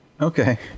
Okay